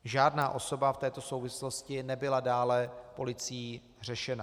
Žádná osoba v této souvislosti nebyla dále policií řešena.